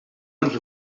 ens